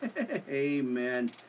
amen